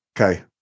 Okay